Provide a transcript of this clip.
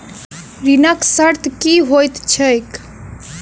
ऋणक शर्त की होइत छैक?